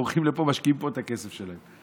בורחים לפה ומשקיעים את הכסף שלהם.